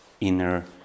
inner